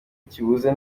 kibuze